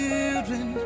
Children